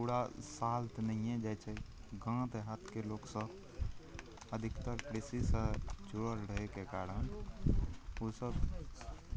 पूरा साल तऽ नहिए जाए छै गाम देहातके लोकसभ अधिकतर कृषिसे जुड़ल रहैके कारण ओसभ